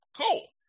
cool